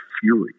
fury